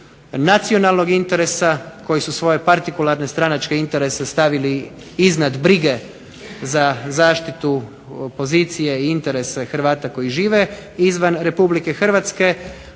nacionalnog interesa, koji su svoje partikularne stranačke interese stavili iznad brige za zaštitu pozicije i interese Hrvata koji žive izvan RH, ali onda